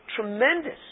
tremendous